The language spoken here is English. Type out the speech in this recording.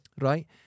Right